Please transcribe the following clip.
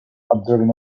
observing